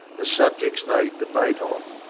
the subjects they debate on,